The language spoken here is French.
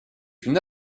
une